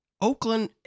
Oakland